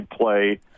play